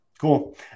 Cool